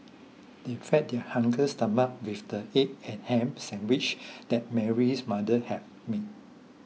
they fed their hungry stomachs with the egg and ham sandwiches that Mary's mother have made